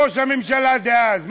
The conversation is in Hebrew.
ראש הממשלה דאז,